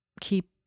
keep